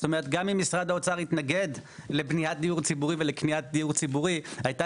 גם ממש אם משרד האוצר התנגד לבניית דיור ולקניית דיור ציבורי הייתה